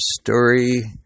story